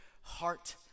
Heart